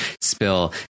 spill